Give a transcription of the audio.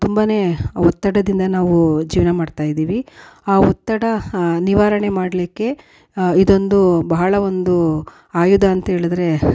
ತುಂಬಾ ಒತ್ತಡದಿಂದ ನಾವು ಜೀವನ ಮಾಡ್ತಾಯಿದ್ದೀವಿ ಆ ಒತ್ತಡ ನಿವಾರಣೆ ಮಾಡ್ಲಿಕ್ಕೆ ಇದೊಂದು ಬಹಳ ಒಂದು ಆಯುಧ ಅಂತ್ಹೇಳಿದ್ರೆ